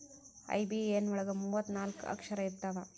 IBAN ಒಳಗ ಮೂವತ್ತು ನಾಲ್ಕ ಅಕ್ಷರ ಇರ್ತವಾ